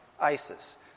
Isis